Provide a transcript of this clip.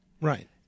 right